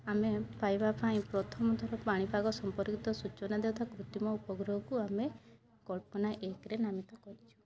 ଆମେ ପାଇବା ପାଇଁ ପ୍ରଥମ ଥର ପାଣିପାଗ ସମ୍ପର୍କିତ ସୂଚନା ଯଥା କୃତ୍ରିମ ଉପଗ୍ରହକୁ ଆମେ କଳ୍ପନା ଏକ ରେ ନାମିତ କରିଛୁ